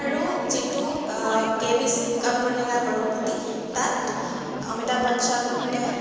আৰু যিটো K B C Kaun Banega Crorepati তাত অমিতাভ বচ্চনে